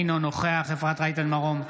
אינו נוכח אפרת רייטן מרום,